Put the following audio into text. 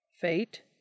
fate